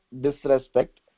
disrespect